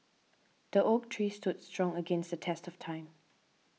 the oak tree stood strong against the test of time